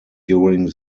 during